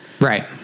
Right